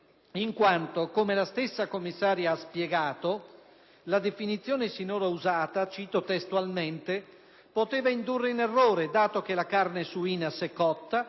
in quanto, come la stessa commissaria ha spiegato, la definizione sinora usata «poteva indurre in errore, dato che la carne suina, se cotta,